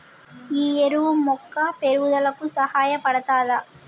ఈ ఎరువు మొక్క పెరుగుదలకు సహాయపడుతదా?